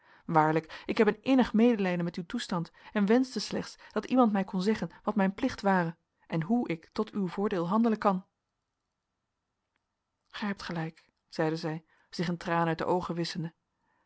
waarlijk ik heb een innig medelijden met uw toestand en wenschte slechts dat iemand mij kon zeggen wat mijn plicht ware en hoe ik tot uw voordeel handelen kan gij hebt gelijk zeide zij zich een traan uit de